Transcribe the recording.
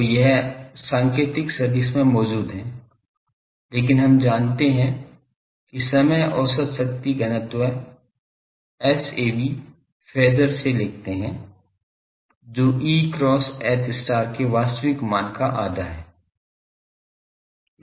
तो यह संकेतिक सदिश में मौजूद है लेकिन हम जानते हैं कि समय औसत शक्ति घनत्व Sav फेज़र से लिख़ते है जो E cross H के वास्तविक मान का आधा है